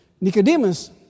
Nicodemus